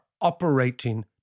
operating